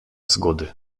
zgody